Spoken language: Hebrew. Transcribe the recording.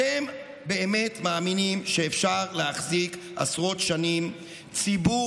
אתם באמת מאמינים שאפשר להחזיק עשרות שנים ציבור